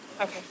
Okay